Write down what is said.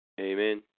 Amen